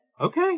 Okay